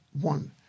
one